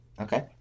Okay